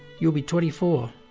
you'll be twenty four,